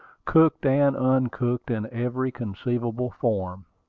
cooked and uncooked, in every conceivable form.